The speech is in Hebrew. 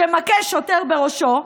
שמכה שוטר בראשו.